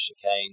chicane